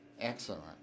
Excellent